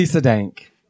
Dank